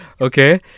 okay